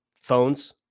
phones